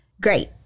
Great